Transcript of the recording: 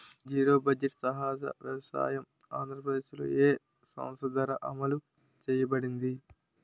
Zero budget సహజ వ్యవసాయం ఆంధ్రప్రదేశ్లో, ఏ సంస్థ ద్వారా అమలు చేయబడింది?